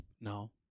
No